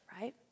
right